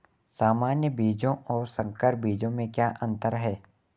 सामान्य बीजों और संकर बीजों में क्या अंतर है?